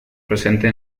presente